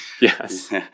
Yes